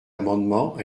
amendement